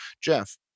Jeff